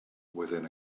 within